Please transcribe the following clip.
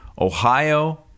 Ohio